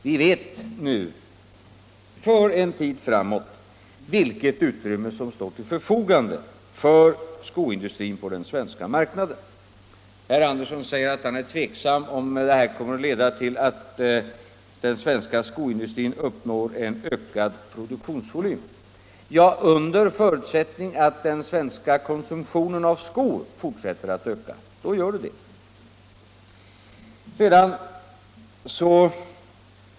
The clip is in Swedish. Vi vet nu — för en tid framåt — vilket utrymme som står till förfogande för skoindustrin på den svenska marknaden. Herr Andersson säger att han är tveksam, huruvida de vidtagna åtgärderna kommer att leda till att den svenska skoindustrin uppnår en ökad produktionsvolym. Ja, under förutsättning att den svenska konsumtionen av skor fortsätter att öka gör den det.